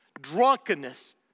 drunkenness